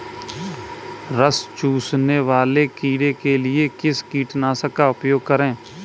रस चूसने वाले कीड़े के लिए किस कीटनाशक का प्रयोग करें?